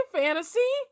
fantasy